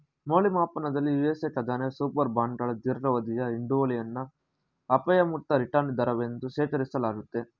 ಮೌಲ್ಯಮಾಪನದಲ್ಲಿ ಯು.ಎಸ್.ಎ ಖಜಾನೆ ಸೂಪರ್ ಬಾಂಡ್ಗಳ ದೀರ್ಘಾವಧಿಯ ಹಿಡುವಳಿಯನ್ನ ಅಪಾಯ ಮುಕ್ತ ರಿಟರ್ನ್ ದರವೆಂದು ಶೇಖರಿಸಲಾಗುತ್ತೆ